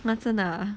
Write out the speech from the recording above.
!huh! 真的 ah